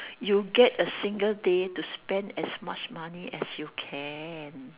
you get a single day to spend as much money as you can